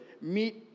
meet